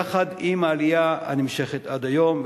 יחד עם העלייה הנמשכת עד היום,